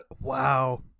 wow